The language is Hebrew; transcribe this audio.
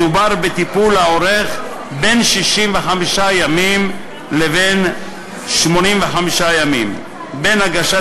מדובר בטיפול האורך בין 65 ימים ל-85 ימים מהגשת